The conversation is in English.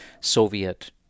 Soviet